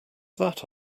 that